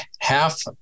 half